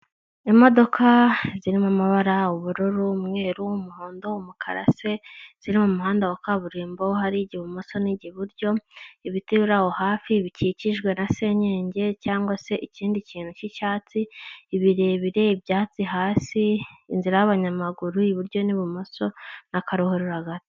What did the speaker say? Imodoka zirimo amabara ubururu, umweru, w'umuhondo umukara se ziri mu muhanda wa kaburimbo hari ibumoso n'iburyo ibiti aho hafi bikikijwe na senyenge cyangwa se ikindi kintu cy'icyatsi ibirebire. Ibyatsi hasi inzira y'abanyamaguru iburyo n'ibumoso na ka ruhurura hagati.